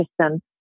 system